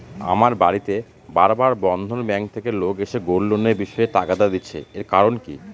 আমার বাড়িতে বার বার বন্ধন ব্যাংক থেকে লোক এসে গোল্ড লোনের বিষয়ে তাগাদা দিচ্ছে এর কারণ কি?